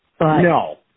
No